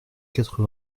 quatre